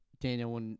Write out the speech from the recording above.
Daniel